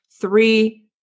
three